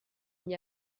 n’y